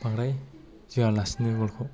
बांद्राय जोआलासिनो बल खौ